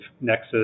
Nexus